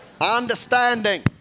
understanding